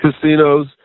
casinos